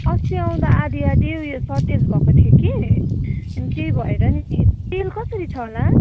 अस्ति आउँदा आधी आधी उयो सटेज भएको थियो कि अनि त्यही भएर नि तेल कसरी छ होला